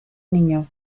niño